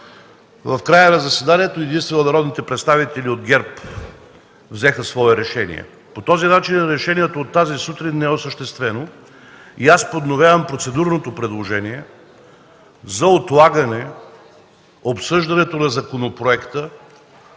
В края на заседанието единствено народните представители от ГЕРБ взеха свое решение. По този начин решението от тази сутрин не е осъществено и аз подновявам процедурното предложение за отлагане обсъждането на законопроекта,